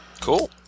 Cool